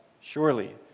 surely